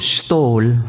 stole